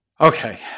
Okay